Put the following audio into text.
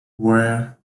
where